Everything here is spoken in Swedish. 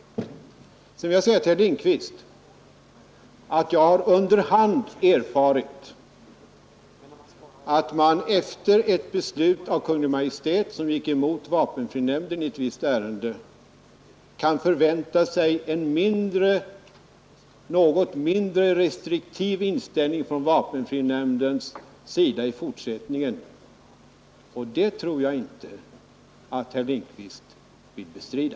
Sedan vill jag till herr Lindkvist säga att jag under hand har erfarit att man efter ett beslut av Kungl. Maj:t, som gick emot vapenfrinämnden i ett visst ärende, i fortsättningen kan vänta sig en något mindre restriktiv inställning från vapenfrinämndens sida. Det tror jag inte att herr Lindkvist vill bestrida.